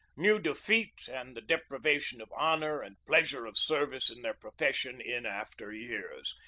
knew defeat and the deprivation of honor and pleasure of service in their profession in after years.